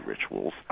rituals